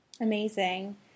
Amazing